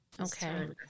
Okay